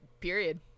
Period